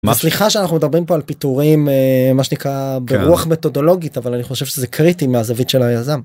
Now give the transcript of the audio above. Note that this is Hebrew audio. סליחה שאנחנו מדברים על פיטורים מה שנקרא ברוח מטודולוגית אבל אני חושב שזה קריטי מהזווית של היזם.